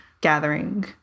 gathering